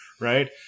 right